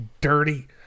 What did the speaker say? dirty